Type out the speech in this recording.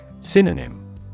Synonym